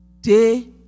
day